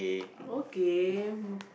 okay no